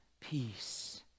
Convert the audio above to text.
peace